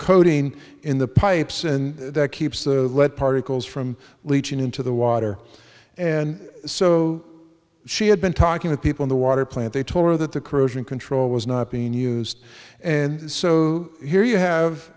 coding in the pipes and that keeps the lead particles from leeching into the water and so she had been talking to people in the water plant they told her that the corrosion control was not being used and so here you have